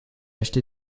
acheté